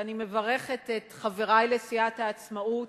ואני מברכת את חברי לסיעת העצמאות